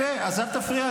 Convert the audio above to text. עכשיו אין הסתה?